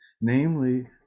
namely